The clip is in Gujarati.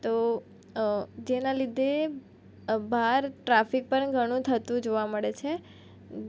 તો જેના લીધે બહાર ટ્રાફિક પણ ઘણું થતું જોવા મળે છે